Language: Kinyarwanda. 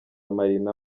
marina